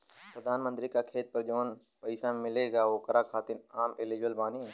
प्रधानमंत्री का खेत पर जवन पैसा मिलेगा ओकरा खातिन आम एलिजिबल बानी?